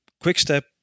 Quickstep